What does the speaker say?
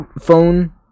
phone